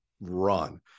run